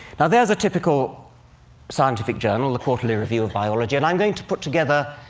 now, there's a typical scientific journal, the quarterly review of biology. and i'm going to put together,